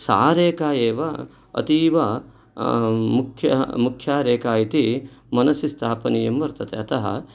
सा रेखा एव अतीव मुख्या रेखा इति मनसि स्थापनीयं वर्तते अतः